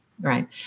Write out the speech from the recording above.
right